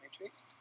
Matrix